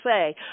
say